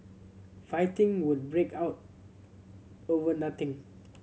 fighting would break out over nothing